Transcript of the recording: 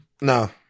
No